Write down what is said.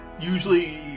usually